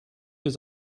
his